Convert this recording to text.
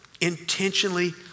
intentionally